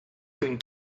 can